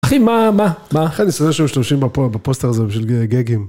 אחי מה, מה, מה? איך אני שונא שמשתמשתים בפוסטר הזה בשביל גגים.